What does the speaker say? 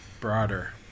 Broader